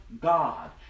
God